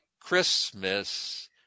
Christmas